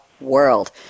world